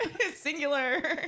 Singular